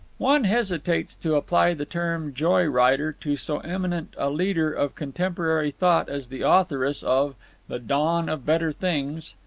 one hesitates to apply the term joy-rider to so eminent a leader of contemporary thought as the authoress of the dawn of better things,